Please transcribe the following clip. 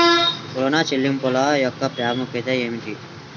ఋణ చెల్లింపుల యొక్క ప్రాముఖ్యత ఏమిటీ?